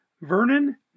Vernon